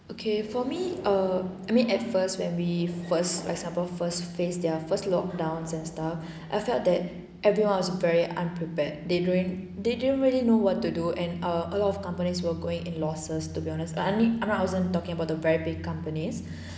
okay for me err I mean at first when we first like singapore first face their first lock downs and stuff I felt that everyone was very unprepared they didn't they didn't really know what to do and err a lot of companies were going in losses to be honest I mean I wasn't talking about the very big companies